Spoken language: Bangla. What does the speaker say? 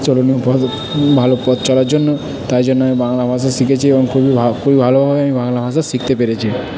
ভালো পথ চলার জন্য তাই জন্য আমি বাংলা ভাষা শিখেছি এবং খুবই খুবই ভালোভাবে আমি বাংলা ভাষা শিখতে পেরেছি